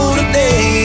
today